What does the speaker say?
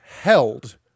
held